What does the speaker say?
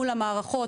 מול המערכות,